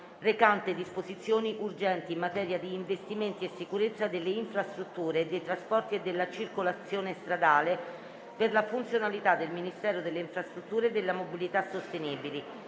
recante disposizioni urgenti in materia di investimenti e sicurezza delle infrastrutture, dei trasporti e della circolazione stradale, per la funzionalità del Ministero delle infrastrutture e della mobilità sostenibili,